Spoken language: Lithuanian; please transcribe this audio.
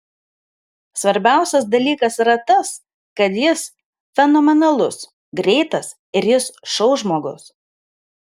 svarbiausias dalykas yra tas kad jis fenomenalus greitas ir jis šou žmogus